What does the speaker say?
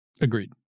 Agreed